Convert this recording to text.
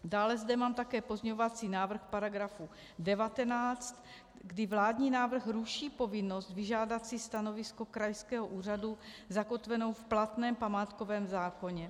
Dále zde mám také pozměňovací návrh k § 19, kdy vládní návrh ruší povinnost vyžádat si stanovisko krajského úřadu zakotvenou v platném památkovém zákoně.